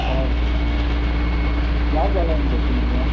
ಕೋಲಾರ್ದ ಸೈಡಾ ಯಾವ ಬಾಳೆಹಣ್ಣು ಬೇಕು ನಿಮಗೆ